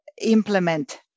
implement